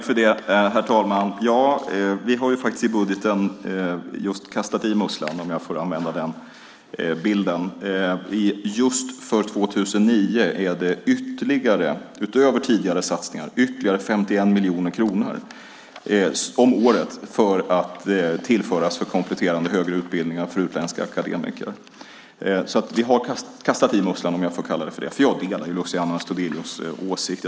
Herr talman! Vi har kastat i musslan i budgeten, om jag får använda den bilden. För just 2009 är det ytterligare, utöver tidigare satsningar, 51 miljoner kronor att tillföras kompletterande högre utbildningar för utländska akademiker. Vi har kastat i musslan, om jag får kalla det för det. För jag delar Luciano Astudillos åsikt.